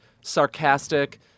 sarcastic